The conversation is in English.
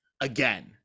again